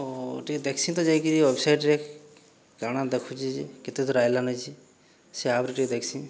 ହଉ ଟିକେ ଦେଖ୍ସିଁ ତ ଯାଇକିରି ୱେବସାଇଟ୍ରେ କାଣା ଦେଖୁଛେ ଯେ କେତେ ଦୂର ଆଏଲା ନ ଯେ ସେ ଆପ୍ରେ ଟିକେ ଦେଖ୍ସି